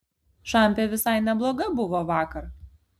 šampė visai nebloga buvo vakar